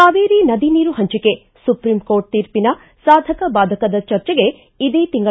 ಕಾವೇರಿ ನದಿ ನೀರು ಹಂಚಿಕೆ ಸುಪ್ರೀಂಕೋರ್ಟ್ ತೀರ್ಪಿನ ಸಾಧಕ ಬಾಧಕದ ಚರ್ಚೆಗೆ ಇದೇ ತಿಂಗಳ